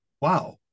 wow